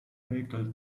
vehicle